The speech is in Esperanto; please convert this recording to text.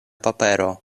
papero